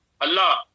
Allah